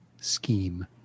scheme